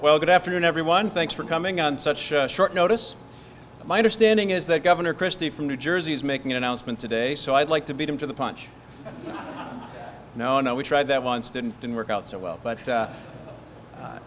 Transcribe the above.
well good afternoon everyone thanks for coming on such short notice my understanding is that governor christie from new jersey is making an announcement today so i'd like to beat him to the punch now i know we tried that once didn't work out so well but